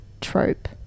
trope